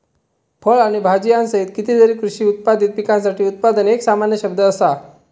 फळ आणि भाजीयांसहित कितीतरी कृषी उत्पादित पिकांसाठी उत्पादन एक सामान्य शब्द असा